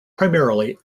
primarily